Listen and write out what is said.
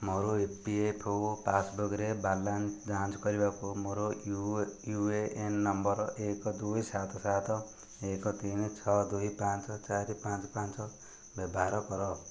ମୋର ଇପିଏଫ୍ ଓ ପାସ୍ବୁକ୍ରେ ବାଲାନ୍ସ ଯାଞ୍ଚ କରିବାକୁ ମୋର ୟୁ ଏ ଏନ୍ ନମ୍ବର୍ ଏକ ଦୁଇ ସାତ ସାତ ଏକ ତିନି ଛଅ ଦୁଇ ପାଞ୍ଚ ଚାରି ପାଞ୍ଚ ପାଞ୍ଚ ବ୍ୟବହାର କର